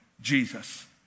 Jesus